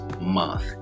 month